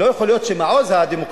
לא יכול להיות שמעוז הדמוקרטיה,